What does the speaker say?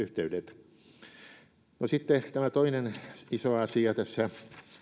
omaehtoisesti palauttaa nämä lentoyhteydet sitten toinen iso asia tässä